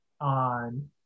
on –